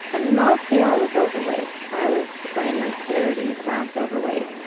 and mostly, i was overweight. i was twenty, thirty pounds overweight.